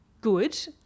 good